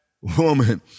woman